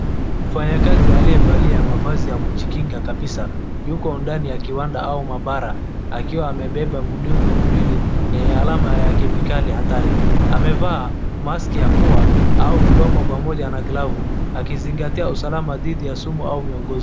Mfanyakazi aliyevalia mavazi ya kujikinga kabisaa yuko ndani ya kiwanda au maabara akiwa amebeba midumu miwili yenye alama ya kemikali. Amevaa mask ya pua au mdomo pamoja na glavu akizingatia usalama dhidi ya sumu au miongozi.